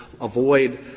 avoid